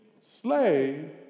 slave